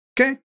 okay